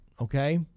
okay